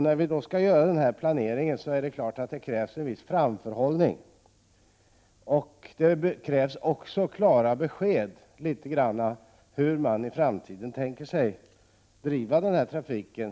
För vår planering krävs naturligtvis en viss framförhållning. Det krävs också klart besked om hur SJ tänkt sig att i framtiden driva den här trafiken.